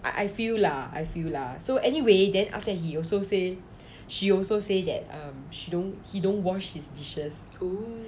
I feel lah I feel lah so anyway then after he also said she also say that she don't he don't wash his dishes